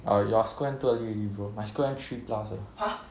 oh your school end too early already bro my school end three plus eh